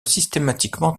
systématiquement